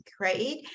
right